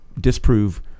disprove